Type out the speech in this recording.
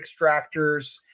extractors